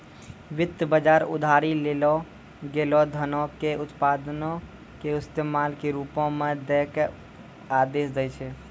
वित्त बजार उधारी लेलो गेलो धनो के उत्पादको के इस्तेमाल के रुपो मे दै के आदेश दै छै